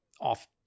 off